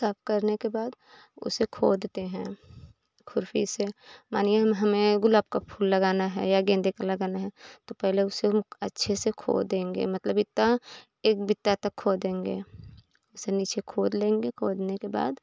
साफ करने के बाद उसे खोदते हैं खुरपी से मानिए हमें गुलाब का फूल लगाना है या गेंदे का लगाना है तो पहले उसे उ अच्छे से खोदेंगे मतलब बित्ता एक बित्ता तक खोदेंगे उसे नीचे खोद लेंगे खोदने के बाद